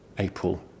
April